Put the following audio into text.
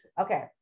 Okay